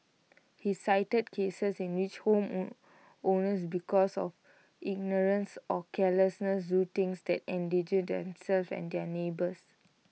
he cited cases in which homeowners because of ignorance or carelessness do things that endanger themselves and their neighbours